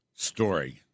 story